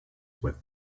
with